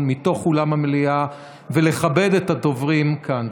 מתוך אולם המליאה ולכבד את הדוברים כאן.